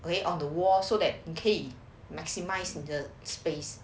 wait on the wall so that 你可以 maximise the space